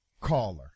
Caller